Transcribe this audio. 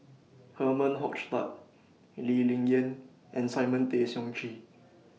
Herman Hochstadt Lee Ling Yen and Simon Tay Seong Chee